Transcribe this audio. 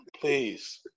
please